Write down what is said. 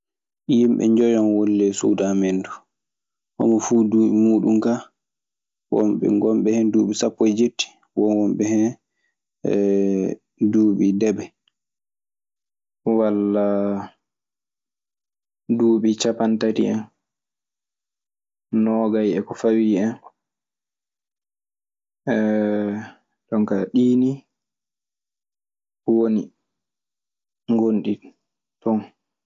Himbe joyiyon woni ley suusu amen du, homo fu dubi mudum. Ka won wombe hen dubi sapo e dietti. Won wombe hen ee dubi deebe. Walla duuɓi cappanɗe tati, noogay e ko fawi en. Jooni ka ɗi ni woni gonɗi toon.